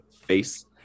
face